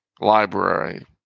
library